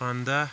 پَنداہ